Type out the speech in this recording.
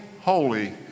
holy